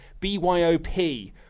BYOP